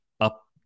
up